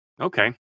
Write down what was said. Okay